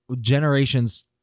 generations